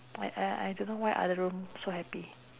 like I I don't know why other room so happy